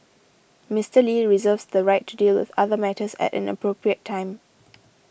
Mister Lee reserves the right to deal with other matters at an appropriate time